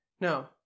No